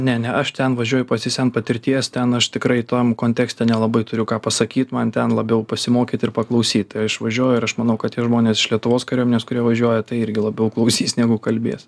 ne ne aš ten važiuoju pasisemt patirties ten aš tikrai tam kontekste nelabai turiu ką pasakyt man ten labiau pasimokyt ir paklausyt tai aš važiuoju ir aš manau kad tie žmonės iš lietuvos kariuomenės kurie važiuoja tai irgi labiau klausys negu kalbės